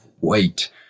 wait